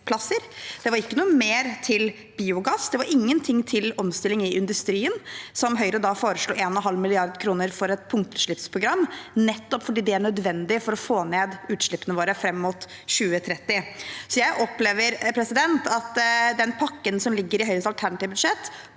det var ikke noe mer til biogass, det var ingenting til omstilling i industrien – der Høyre foreslo 1,5 mrd. kr til et punktutslippsprogram, nettopp fordi det er nødvendig for å få ned utslippene våre fram mot 2030. Jeg opplever at den pakken som ligger i Høyres alternative budsjett,